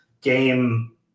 game